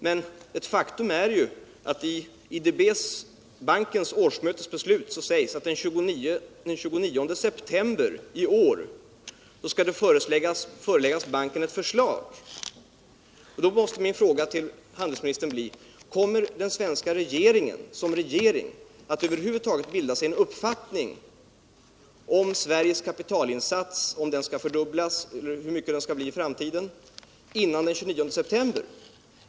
Men ett faktum är att i det beslut som fattades vid IDB:s årsmöte sägs att den 29 september i år skall banken föreläggas ett förslag, och då måste min fråga till handelsministern bli: Kommer den svenska regeringen, som regering, att över huvud taget bilda sig en uppfattning om Sveriges kapitalinsats — om den skall fördubblas, hur stor den skall bli i framtiden - före den 29 september?